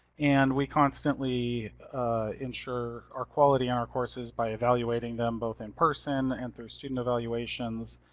and we constantly ensure our quality on our courses by evaluating them both in person, and through student evaluations,